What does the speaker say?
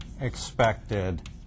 expected